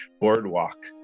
Boardwalk